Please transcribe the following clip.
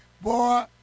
Boy